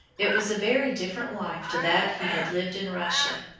it was a very different life to that he had lived in russia.